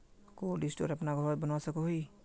Cold store अपना घोरोत बनवा सकोहो ही?